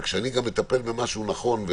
וכשאני גם מטפל במשהו נכון.